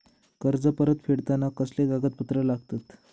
कर्ज परत फेडताना कसले कागदपत्र लागतत?